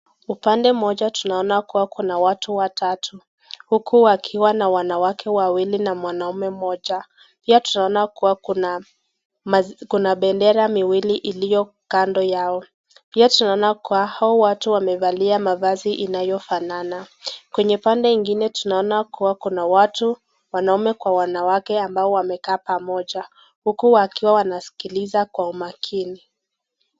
Upande moja tunaona kuwa kuna watu watatu. Huku wakiwa na wanawake wawili na mwanaume moja. Pia tunaona kuwa kuna bendera miwili iliyo kando yao. Pia tunaona kuwa hao watu wamevalia mavazi inayofanana. Kwenye pande ingine tunaona kuwa kuna watu wanaume kwa wanawake ambao wamekaa pamoja. Huku wakiwa wanasikiliza kwa umakini.